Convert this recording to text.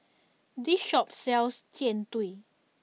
this shop sells Jian Dui